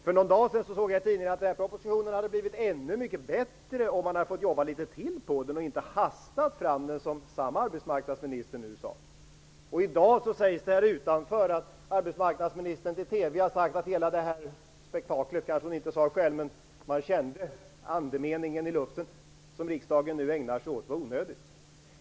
För någon dag sedan såg jag i tidningen att den här propositionen hade blivit ännu mycket bättre om man hade fått jobba litet till på den och inte hastat fram den, som samma arbetsmarknadsminister nu sade. I dag sägs det här utanför att arbetsmarknadsministern har sagt till TV att hela det här spektaklet - hon kallade det kanske inte så själv, men man kände andemeningen i luften - som riksdagen nu ägnar sig åt var onödigt.